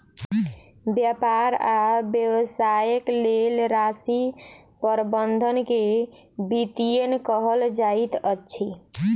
व्यापार आ व्यवसायक लेल राशि प्रबंधन के वित्तीयन कहल जाइत अछि